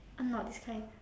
uh not this kind